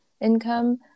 income